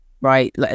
right